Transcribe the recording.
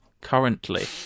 Currently